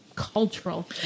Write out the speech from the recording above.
cultural